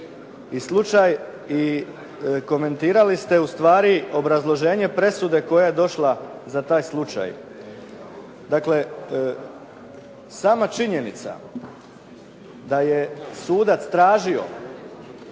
Makarskoj i komentirali ste ustvari obrazloženje presude koja je došla za taj slučaj. Dakle, sama činjenica da je sudac tražio